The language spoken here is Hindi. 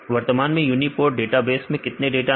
वर्तमान में यूनीपोर्ट डेटाबेस में कितने डाटा है